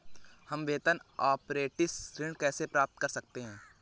हम वेतन अपरेंटिस ऋण कैसे प्राप्त कर सकते हैं?